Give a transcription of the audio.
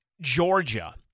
Georgia